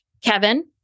Kevin